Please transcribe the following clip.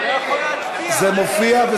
לא לפרוטוקול, אני רוצה הצבעה.